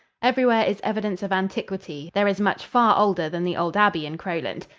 everywhere is evidence of antiquity there is much far older than the old abbey in crowland.